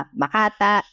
makata